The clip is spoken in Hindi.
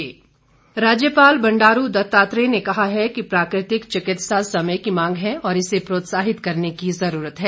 राज्यपाल राज्यपाल बंडारू दत्तात्रेय ने कहा है कि प्राकृतिक चिकित्सा समय की मांग है और इसे प्रोत्साहित करने की जरूरत है